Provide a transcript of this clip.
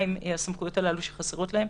מה הסמכויות שחסרות להם,